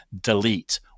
delete